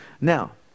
Now